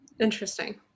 Interesting